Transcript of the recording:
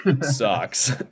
sucks